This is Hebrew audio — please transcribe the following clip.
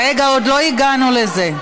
רגע, עוד לא הגענו לזה.